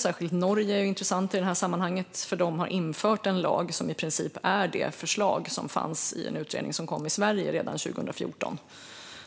Särskilt Norge är intressant i detta sammanhang, för där har man infört en lag som i princip är det förslag som fanns i en svensk utredning som kom redan 2014.